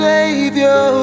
Savior